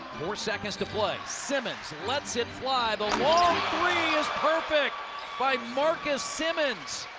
four seconds to play. simmons lets it fly. the long three is perfect by marcus simmons.